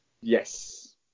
yes